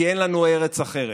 כי אין לנו ארץ אחרת.